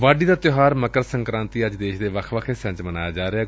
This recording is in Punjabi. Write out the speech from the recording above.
ਵਾਢੀ ਦਾ ਤਿਉਹਾਰ ਮਕਰ ਸੰਕੂਾਂਤੀ ਅੱਜ ਦੇਸ਼ ਦੇ ਵੱਖ ਵੱਖ ਹਿੱਸਿਆਂ ਚ ਮਨਾਇਆ ਜਾ ਰਿਹੈ